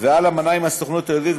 ועל אמנה עם הסוכנות היהודית,